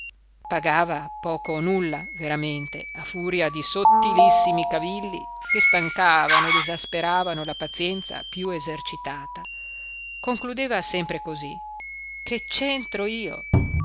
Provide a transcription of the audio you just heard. paga pagava poco o nulla veramente a furia di sottilissimi cavilli che stancavano ed esasperavano la pazienza più esercitata concludeva sempre così che c'entro io